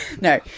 No